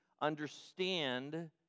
understand